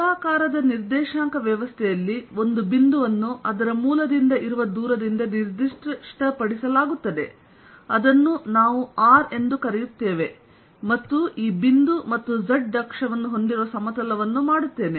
ಗೋಳಾಕಾರದ ನಿರ್ದೇಶಾಂಕ ವ್ಯವಸ್ಥೆಯಲ್ಲಿ ಒಂದು ಬಿಂದುವನ್ನು ಅದರ ಮೂಲದಿಂದ ಇರುವ ದೂರದಿಂದ ನಿರ್ದಿಷ್ಟಪಡಿಸಲಾಗುತ್ತದೆ ಅದನ್ನು ನಾನು r ಎಂದು ಕರೆಯುತ್ತೇನೆ ಮತ್ತು ಈ ಬಿಂದು ಮತ್ತು z ಅಕ್ಷವನ್ನು ಹೊಂದಿರುವ ಸಮತಲವನ್ನು ಮಾಡುತ್ತೇನೆ